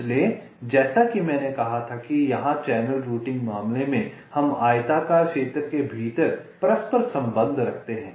इसलिए जैसा कि मैंने कहा था कि यहाँ चैनल रूटिंग मामले में हम आयताकार क्षेत्र के भीतर परस्पर संबंध रखते हैं